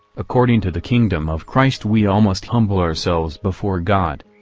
according to the kingdom of christ we all must humble ourselves before god.